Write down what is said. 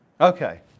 Okay